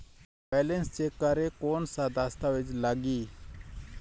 Balance check करें कोन सा दस्तावेज लगी?